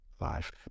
life